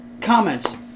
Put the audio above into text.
comments